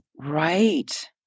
Right